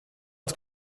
het